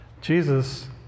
Jesus